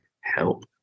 help